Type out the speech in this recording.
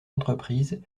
entreprises